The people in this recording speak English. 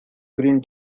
green